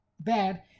bad